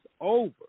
over